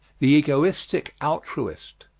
the egoistic altruist.